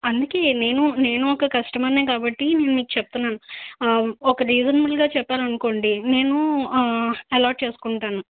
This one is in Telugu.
అందుకే నేను నేను ఒక కస్టమర్నే కాబట్టి నేను మీకు చెప్తుతున్నాను ఒక రీజన్బుల్గా చెప్పాలనుకోండి నేను అలవాటు చేసుకుంటాను